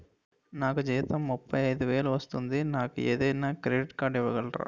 నాకు జీతం ముప్పై ఐదు వేలు వస్తుంది నాకు ఏదైనా క్రెడిట్ కార్డ్ ఇవ్వగలరా?